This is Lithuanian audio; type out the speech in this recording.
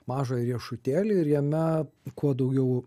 mažą riešutėlį ir jame kuo daugiau